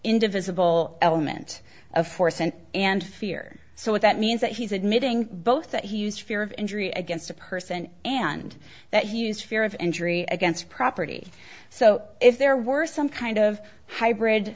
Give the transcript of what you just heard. indivisible element of force and and fear so what that means that he's admitting both that he used fear of injury against a person and that he used fear of injury against property so if there were some kind of hybrid